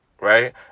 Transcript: Right